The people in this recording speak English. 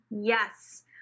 yes